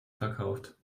verkauft